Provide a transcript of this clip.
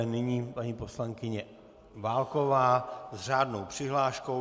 Nyní paní poslankyně Válková s řádnou přihláškou.